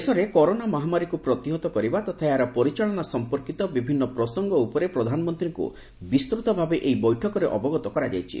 ଦେଶରେ କରୋନା ମହାମାରୀକୁ ପ୍ରତିହତ କରିବା ତଥା ଏହାର ପରିଚାଳନା ସମ୍ପର୍କୀତ ବିଭିନ୍ନ ପ୍ରସଙ୍ଗ ଉପରେ ପ୍ରଧାନମନ୍ତ୍ରୀଙ୍କୁ ବିସ୍ତୃତ ଭାବେ ଏହି ବୈଠକରେ ଅବଗତ କରାଯାଇଛି